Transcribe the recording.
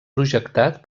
projectat